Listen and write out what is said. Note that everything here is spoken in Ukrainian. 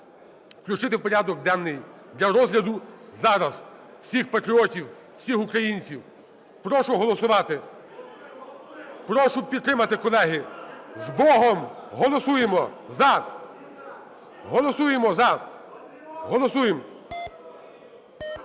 включити в порядок денний для розгляду зараз. Всіх патріотів, всіх українців прошу голосувати. Прошу підтримати, колеги. З Богом! Голосуємо "за"! Голосуємо "за". Голосуємо.